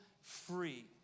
free